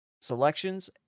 selections